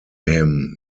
him